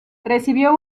recibió